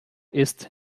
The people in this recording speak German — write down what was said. ist